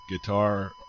guitar